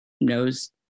knows